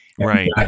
right